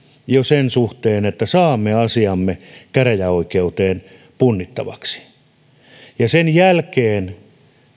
jo sen suhteen että saamme asiamme käräjäoikeuteen punnittavaksi sen jälkeen